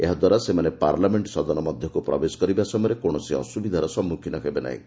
ଏହାଦ୍ୱାରା ସେମାନେ ପାର୍ଲାମେଣ୍ଟ ସଦନ ମଧ୍ୟକୁ ପ୍ରବେଶ କରିବା ସମୟରେ କୌଣସି ଅସୁବିଧାର ସମ୍ମୁଖୀନ ହେବେ ନାହିଁ